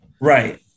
Right